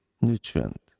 nutrient